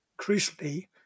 crucially